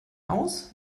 aus